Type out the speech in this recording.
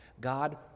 God